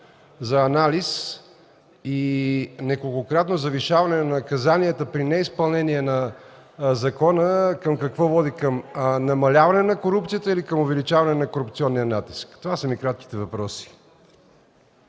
за анализ и неколкократното завишаване на наказанията при неизпълнение на закона към какво води – към намаляване на корупцията или към увеличаване на корупционния натиск? Това са ми кратките въпроси.